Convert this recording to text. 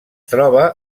troba